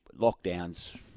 lockdowns